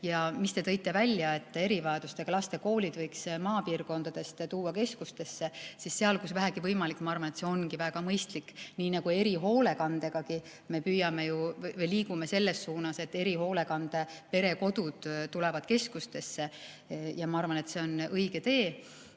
toetamisel. Te tõite välja, et erivajadustega laste koolid võiks tuua maapiirkondadest keskustesse. Seal, kus vähegi võimalik, ma arvan, see ongi väga mõistlik. Nii nagu erihoolekandegagi me püüame [liikuda] või liigumegi selles suunas, et erihoolekande perekodud tulevad keskustesse. Ma arvan, et see on õige tee.